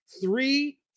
Three